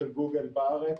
של גוגל בארץ.